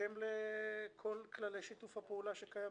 בהתאם לכל כללי שיתוף הפעולה שקיימים.